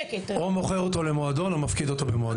או מוכר אותו למועדון או מפקיד אותו במועדון.